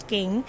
King